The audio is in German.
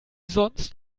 sonst